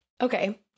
okay